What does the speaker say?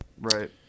Right